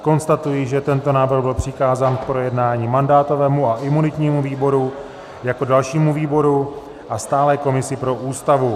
Konstatuji, že tento návrh byl přikázán k projednání mandátovému a imunitnímu výboru jako dalšímu výboru a stálé komisi pro Ústavu.